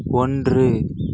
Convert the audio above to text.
ஒன்று